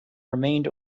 remained